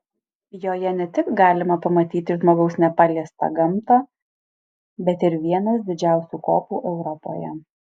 joje ne tik galima pamatyti žmogaus nepaliestą gamtą bet ir vienas didžiausių kopų europoje